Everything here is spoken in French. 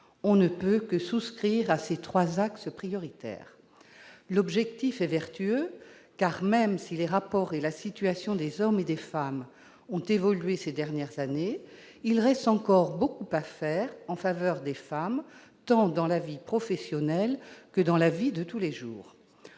On ne peut que souscrire à ces trois axes prioritaires. L'objectif est vertueux, car, même si les rapports et la situation des hommes et des femmes ont évolué ces dernières années, il reste encore beaucoup à faire en faveur des femmes, tant dans la vie professionnelle que dans la vie de tous les jours.